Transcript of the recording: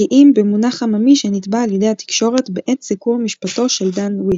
כי אם במונח עממי שנטבע על ידי התקשורת בעת סיקור משפטו של דן וויט,